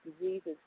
diseases